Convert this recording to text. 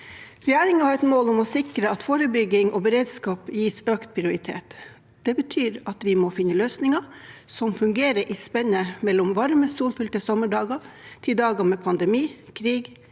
Regjeringen har et mål om å sikre at forebygging og beredskap gis økt prioritet. Det betyr at vi må finne løsninger som fungerer i spennet mellom varme, solfylte sommerdager og dager med pandemi, krig